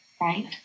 Right